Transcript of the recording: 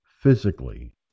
physically